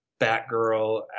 Batgirl